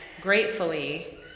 gratefully